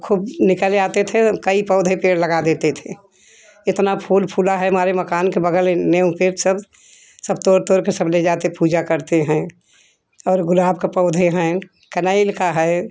और ख़ूब निकल आते थे तो कई पौधे पेड़ लगा देते थे इतना फूल फूला है हमारे मकान के बग़ल में पेड़ सब सब तोड़ तोड़ के सब ले जाते हैं पूजा करते हैं और गुलाब के पौधे हैं कनेर का है